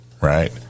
right